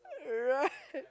right